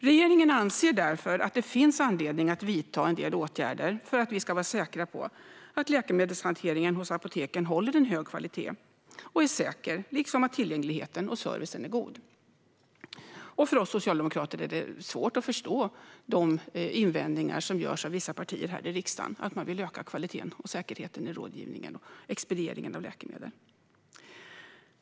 Regeringen anser därför att det finns anledning att vidta en del åtgärder för att vi ska vara säkra på att läkemedelshanteringen hos apoteken håller hög kvalitet och är säker liksom att tillgängligheten och servicen är god. För oss socialdemokrater är det svårt att förstå de invändningar som görs av vissa partier här i riksdagen när det handlar om att öka kvaliteten och säkerheten i rådgivningen och expedieringen av läkemedel.